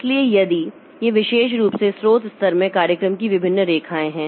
इसलिए यदि ये विशेष रूप से स्रोत स्तर में कार्यक्रम की विभिन्न रेखाएँ हैं